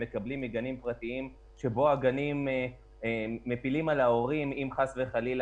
מקבלים מגנים פרטיים שבהם נאמר להם שמי שלא